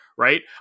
Right